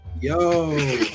yo